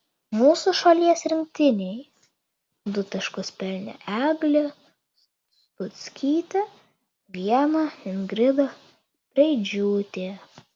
mūsų šalies rinktinei du taškus pelnė eglė stuckytė vieną ingrida preidžiūtė